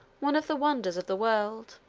one of the wonders of the world.